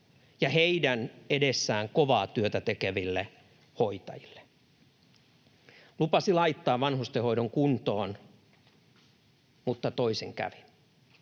ja heidän eteensä kovaa työtä tekeville hoitajille. SDP lupasi laittaa vanhustenhoidon kuntoon, mutta toisin kävi.